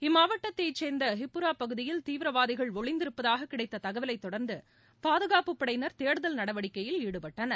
இம்மாவட்டத்தைச் சேர்ந்த விப்பூரா பகுதியில் தீவிரவாதிகள் ஒளிந்திருப்பதாகக் கிடைத்த தகவலைத் தொடர்ந்து பாதுகாப்புப் படையினர் தேடுதல் நடவடிக்கையில் ஈடுபட்டனர்